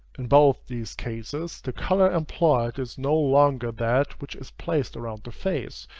in both these cases, the color employed is no longer that which is placed around the face,